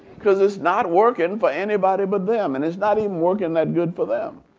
because it's not working for anybody but them. and it's not even working that good for them.